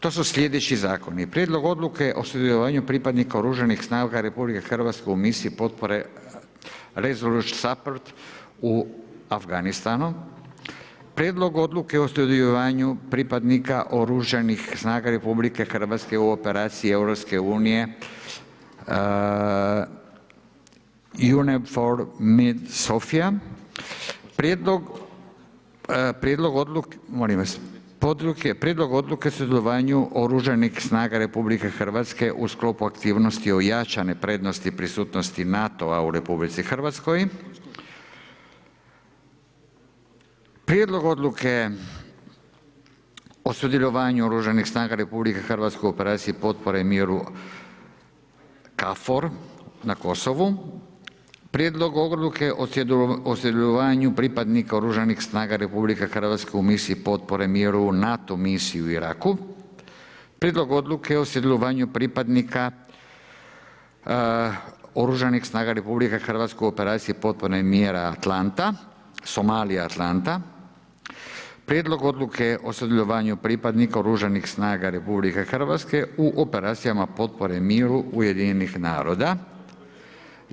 To su slijedeći zakona: - Prijedlog odluke o sudjelovanju pripadnika oružanih snaga RH u misiji potpore miru „Resolute support“ u Afganistanu Prijedlogu odluke o sudjelovanju pripadnika oružanih snaga RH u operaciji „EUNAVFOR MED SOPHIA“ - Prijedlog odluke o sudjelovanju oružanih snaga RH u sklopu aktivnosti ojačane prednosti prisutnosti NATO-a u RH. - Prijedlog odluke o sudjelovanju oružanih snaga RH u operaciji potpore miru KFOR na Kosovu. - Prijedlog odluke o sudjelovanju pripadnika oružanih snaga RH u misiji potpore miru u NATO misiju u Iraku. - Prijedlog odluke o sudjelovanju pripadnika oružanih snaga RH u operaciji potpore mira Atlanta, Somalija Atlanta. - Prijedlog odluke o sudjelovanju pripadnika oružanih snaga RH u operacijama potpore miru UN-a.